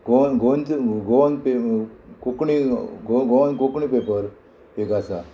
Goan Goan Goan पे Konkani Goan Konkani paper एक आसा